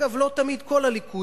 אגב, לא תמיד כל הליכוד.